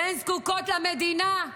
והן זקוקות למדינה.